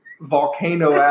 volcano